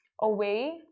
away